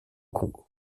congo